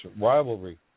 rivalry